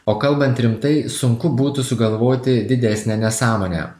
o kalbant rimtai sunku būtų sugalvoti didesnę nesąmonę